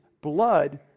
blood